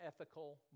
ethical